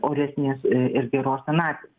oresnės ir geros senatvės